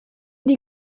die